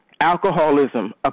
alcoholism